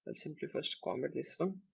simply first comment this one.